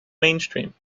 mainstream